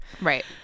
right